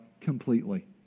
completely